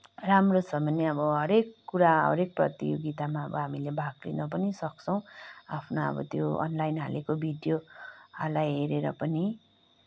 राम्रो छ भने अब हरेक कुरा हरेक प्रतियोगितामा अब हामीले भाग लिन पनि सक्छौँ आफ्नो अब त्यो अनलाइन हालेको भिडियोलाई हेरेर पनि